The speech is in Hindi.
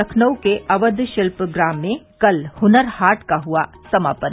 लखनऊ के अवध शिल्प ग्राम में कल हनर हाट का हआ समापन